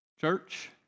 Church